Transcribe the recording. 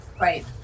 right